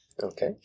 Okay